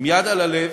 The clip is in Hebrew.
עם יד על הלב,